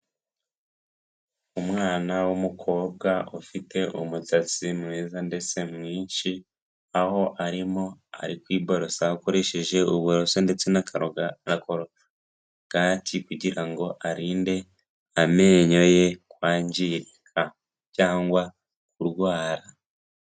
Umwana wumukobwa ufite umusatsi mwiza ndetse mwinshi aho arimo ari kwiborosa akoresheje uburoso ndetse n'akarogati kugirango arinde amenyoyo ye kwangirika cyangwa kurwara.